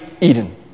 Eden